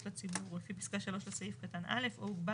לציבור לפי פסקה (3) לסעיף קטן (א) או הוגבה